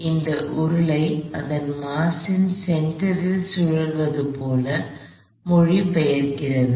எனவே இந்த உருளை அதன் மாஸ் ன் சென்டரில் சுழல்வது போல் மொழிபெயர்க்கிறது